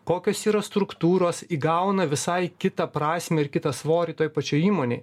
kokios yra struktūros įgauna visai kitą prasmę ir kitą svorį toj pačioj įmonėj